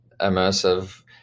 immersive